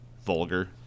vulgar